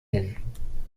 hin